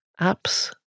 apps